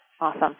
Awesome